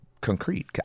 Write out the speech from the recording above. concrete